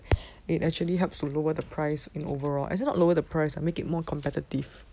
it actually helps to lower the price in overall as in not lower the price or make it more competitive